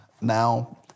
now